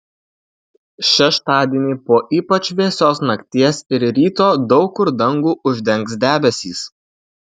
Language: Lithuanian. šeštadienį po ypač vėsios nakties ir ryto daug kur dangų uždengs debesys